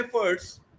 efforts